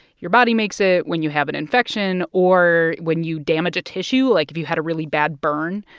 your body makes it when you have an infection or when you damage a tissue, like, if you had a really bad burn.